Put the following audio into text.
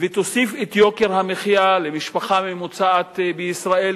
ותוסיף ליוקר המחיה של משפחה ממוצעת בישראל,